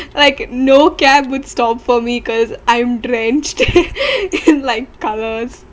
like no cab would stop for me cause I'm drenched in like colors